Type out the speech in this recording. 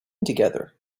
together